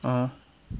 ah